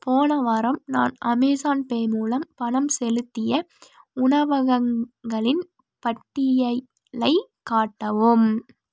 போன வாரம் நான் அமேஸான்பே மூலம் பணம் செலுத்திய உணவகங்களின் பட்டியலைக் காட்டவும்